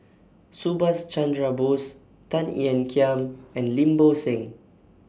Subhas Chandra Bose Tan Ean Kiam and Lim Bo Seng